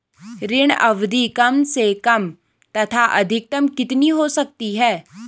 ऋण अवधि कम से कम तथा अधिकतम कितनी हो सकती है?